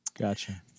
Gotcha